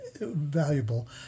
valuable